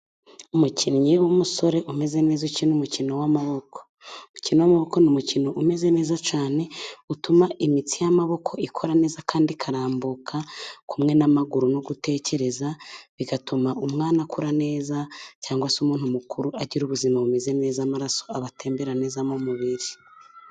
Umukinnyi w'umusore umeze neza ukina umukino w'amaboko, umukino w'amaboko ni umukino umeze neza cyane, utuma imitsi y'amaboko ikora neza kandi ikarambuka, kumwe n'amaguru no gutekereza, bigatuma umwana akura neza, cyangwa se umuntu mukuru agira ubuzima bumeze neza, amaraso aba atembera neza mu mubiri.